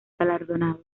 galardonados